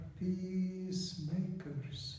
peacemakers